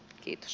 kiitos